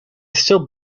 still